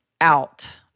out